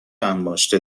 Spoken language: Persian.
انباشته